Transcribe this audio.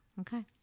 Okay